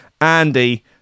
Andy